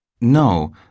No